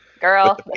girl